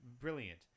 brilliant